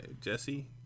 Jesse